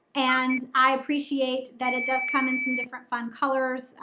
and i appreciate that it does come in some different fun colors,